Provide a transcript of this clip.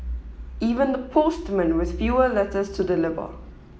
even the postmen with fewer letters to deliver